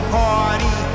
party